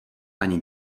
ani